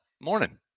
morning